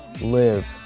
live